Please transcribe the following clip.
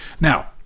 Now